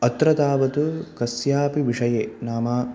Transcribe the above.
अत्र तावत् कस्यापि विषये नाम